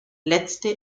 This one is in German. letzte